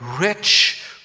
rich